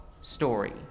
story